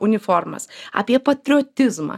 uniformas apie patriotizmą